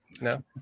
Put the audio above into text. No